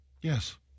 Yes